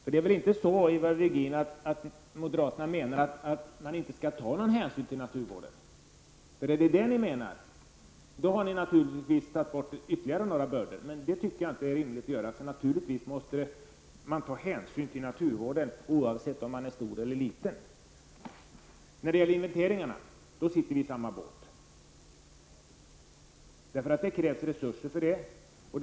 Moderaterna menar väl inte, Ivar Virgin, att man inte skall ta någon hänsyn till naturvården? Om det är detta ni menar, så har ni naturligtvis tagit bort ytterligare några bördor. Men det tycker jag inte är rimligt att göra, utan man måste naturligtvis ta hänsyn till naturvården, oavsett om skogsarealen är stor eller liten. När det gäller inventeringarna sitter vi i samma båt. Det krävs nämligen resurser till detta.